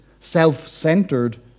self-centered